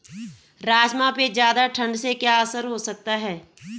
राजमा पे ज़्यादा ठण्ड से क्या असर हो सकता है?